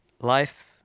life